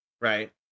right